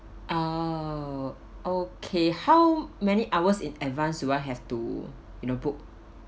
oh okay how many hours in advance do I have to you know book